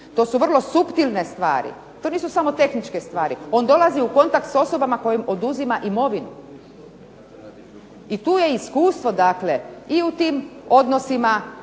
To su vrlo suptilne stvari. To nisu samo tehničke stvari. On dolazi u kontakt sa osobama kojima oduzima imovinu i tu je iskustvo, dakle i u tim odnosima,